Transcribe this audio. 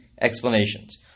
explanations